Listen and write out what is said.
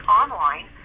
online